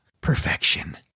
perfection